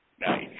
Nice